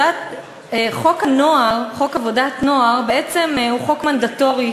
חוק הנוער, חוק עבודת הנוער, הוא בעצם חוק מנדטורי